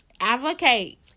Advocate